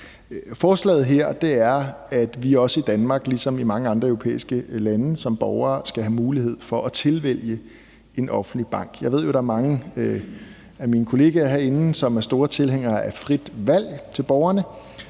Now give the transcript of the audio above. Forslaget her er, at vi som borgere i Danmark ligesom også i mange andre europæiske lande skal have mulighed for at tilvælge en offentlig bank. Jeg ved jo, at der er mange af min kollegaer herinde, som er store tilhængere af et frit valg til borgerne,